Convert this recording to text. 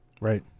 Right